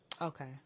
Okay